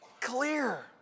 clear